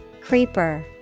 Creeper